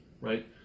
right